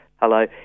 hello